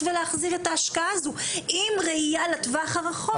להחזיר את ההשקעה הזו עם ראייה לטווח הרחוק.